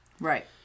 Right